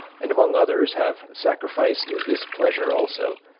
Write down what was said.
and among others have sacrificed this pleasure also.